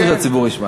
אסור שהציבור ישמע.